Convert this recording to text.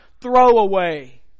throwaway